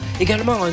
Également